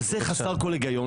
אז זה חסר כל היגיון.